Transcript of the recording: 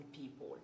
people